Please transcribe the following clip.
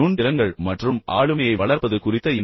நுண் திறன்கள் மற்றும் ஆளுமையை வளர்ப்பது குறித்த என்